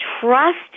Trust